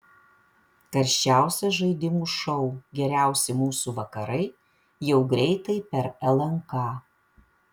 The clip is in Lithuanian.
karščiausias žaidimų šou geriausi mūsų vakarai jau greitai per lnk